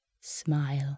smile